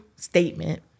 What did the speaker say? Statement